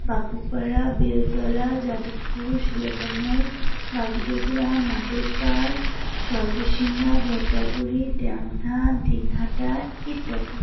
বাপুপাড়া বেলতলা যাদবপুর সুলেখা মোড় বাগডোগড়া মাঠের পার সর্বশিঙ্গা লাটাগুড়ি দিনহাটা ইত্যাদি